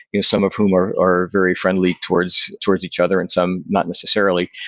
you know some of whom are are very friendly towards towards each other and some not necessarily.